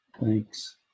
thanks